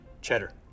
Cheddar